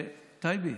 טייבי.